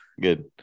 Good